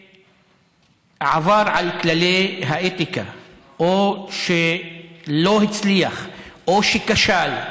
שעבר על כללי האתיקה או שלא הצליח או שכשל,